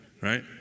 right